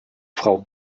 frau